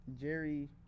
Jerry